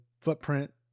footprint